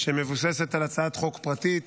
שמבוססת על הצעת חוק פרטית